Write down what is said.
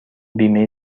بیمه